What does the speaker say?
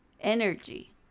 energy